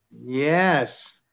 Yes